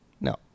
No